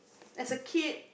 as a kid